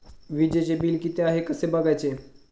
वीजचे बिल किती आहे कसे बघायचे?